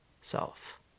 self